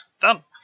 Done